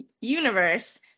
universe